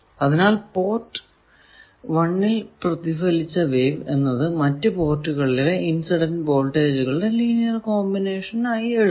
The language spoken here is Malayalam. അതിനാൽ പോർട്ട് 1 ൽ പ്രതിഫലിച്ച വേവ് എന്നത് മറ്റു പോർട്ടുകളിലെ ഇൻസിഡന്റ് വോൾട്ടാജുകളുടെ ലീനിയർ കോമ്പിനേഷൻ ആയി എഴുതാം